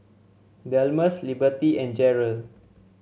Delmus Liberty and Jarrell